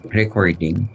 recording